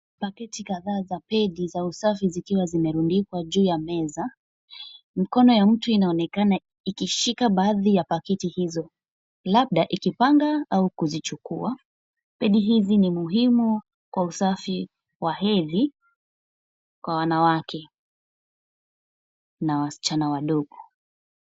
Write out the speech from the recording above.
Pakiti kadhaa za pedi za usafi zikiwa zimerundikwa juu ya meza. Mkono ya mtu inaonekana ikishika baadhi ya paketi hizo. Labda ikipanga au kuzichukua. Pedi hizi ni muhimu kwa usafi wa hedhi kwa wanawake na wasichana wadogo.